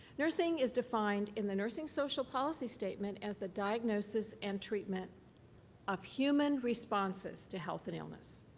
nursing is defined in the nursing social policy statement as the diagnosis and treatment of human responses to health and illness.